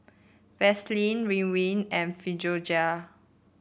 Vaselin Ridwind and Physiogel